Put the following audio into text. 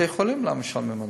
בתי חולים, למה משלמים ארנונה?